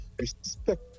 respect